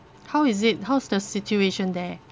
how is it how's the situation there